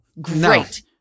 Great